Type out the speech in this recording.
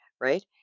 right